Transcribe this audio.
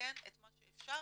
לתקן את מה שאפשר,